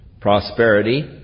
Prosperity